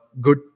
good